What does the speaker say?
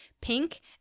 pink